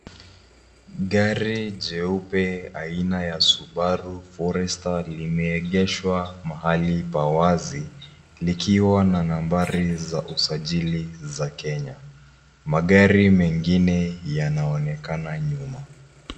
Gari jeupe aina ya subaru forester limeegeshwa pahali pa wazi likiwa na nambari za usajili za Kenya. Magari mengine yanaonekana nyuma.